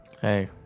Hey